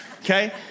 Okay